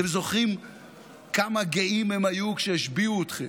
אתם זוכרים כמה גאים הם היו כשהשביעו אתכם,